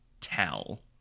tell